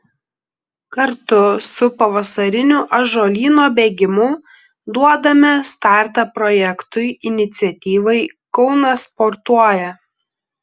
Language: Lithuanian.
kartu su pavasariniu ąžuolyno bėgimu duodame startą projektui iniciatyvai kaunas sportuoja